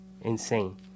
Insane